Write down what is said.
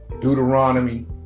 Deuteronomy